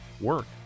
work